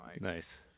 Nice